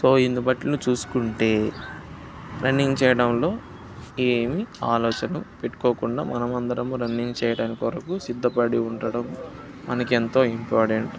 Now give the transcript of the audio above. so దీనిబట్టి చూసుకుంటే running చెయ్యడంలో ఏమి ఆలోచన పెట్టుకోకుండా మనమందరము రన్నింగ్ చెయ్యడాని కొరకు సిద్ధపడి ఉండడం మనకెంతో ఇంపార్టెంట్